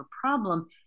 problem